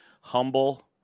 Humble